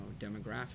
demographic